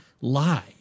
lie